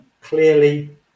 Clearly